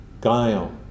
guile